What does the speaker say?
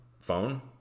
phone